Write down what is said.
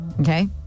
okay